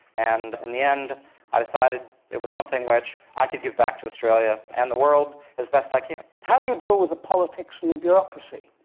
and in and the end i decided it was something which i could give back to australia and the world as best i can. how do you deal with the politics and the bureaucracy?